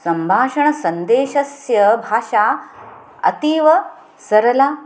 सम्भाषणसन्देशस्य भाषा अतीव सरला